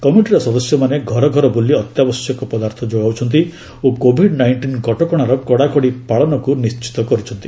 କମିଟିର ସଦସ୍ୟମାନେ ଘର ଘର ବୁଲି ଅତ୍ୟାବଶ୍ୟକ ପଦାର୍ଥ ଯୋଗାଉଛନ୍ତି ଓ କୋଭିଡ୍ ନାଇଷ୍ଟିନ୍ କଟକଶାର କଡ଼ାକଡ଼ି ପାଳନକୁ ନିର୍ଣ୍ଣିତ କରିଛନ୍ତି